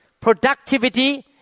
productivity